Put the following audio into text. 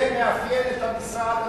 זה מאפיין את המשרד.